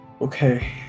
Okay